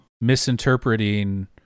misinterpreting